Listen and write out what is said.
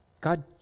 God